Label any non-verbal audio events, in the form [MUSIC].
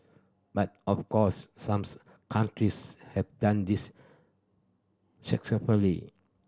but of course some [UNINTELLIGIBLE] countries have done this successfully